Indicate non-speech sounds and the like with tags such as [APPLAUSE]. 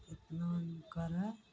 [UNINTELLIGIBLE]